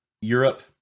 Europe